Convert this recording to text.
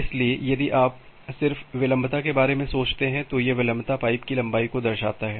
इसलिए यदि आप सिर्फ विलंबता के बारे में सोचते हैं तो यह विलंबता पाइप की लंबाई को दर्शाता है